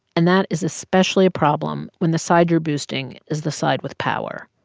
and that is especially a problem when the side you're boosting is the side with power.